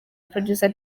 producer